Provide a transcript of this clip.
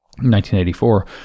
1984